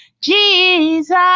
Jesus